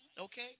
Okay